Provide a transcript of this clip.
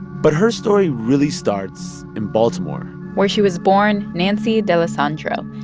but her story really starts in baltimore where she was born nancy d'alesandro,